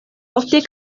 ofte